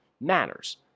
matters